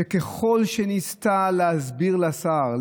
שככל שניסתה להסביר לשר,